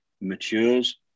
matures